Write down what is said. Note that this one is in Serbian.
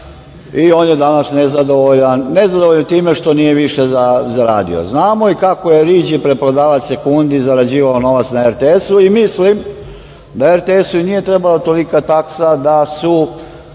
nezadovoljan. Nezadovoljan je time što nije više zaradio. Znamo i kako je Riđi preprodavac sekundi zarađivao novac na RTS-u i mislim da RTS-u i nije trebala tolika taksa da su